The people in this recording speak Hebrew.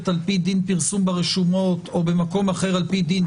על פי דין פרסום ברשומות או במקום אחר על פי דין,